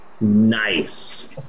Nice